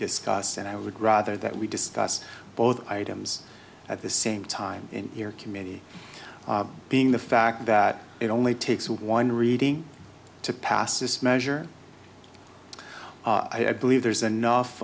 discussed and i would rather that we discuss both items at the same time in your committee being the fact that it only takes one reading to pass this measure i believe there's